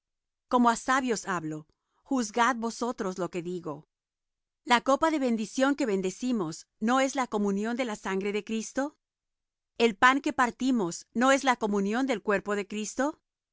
como á sabios hablo juzgad vosotros lo que digo la copa de bendición que bendecimos no es la comunión de la sangre de cristo el pan que partimos no es la comunión del cuerpo de cristo